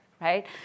right